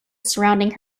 surrounding